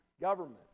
government